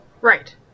Right